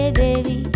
baby